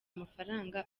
mafaranga